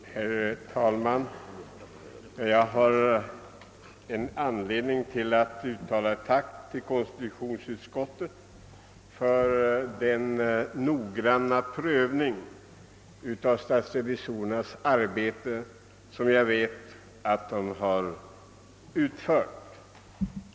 Herr talman! Jag har anledning att uttala ett tack till konstitutionsutskottet för den noggranna prövning av statsrevisorernas arbete, som jag vet att utskottet utfört.